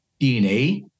DNA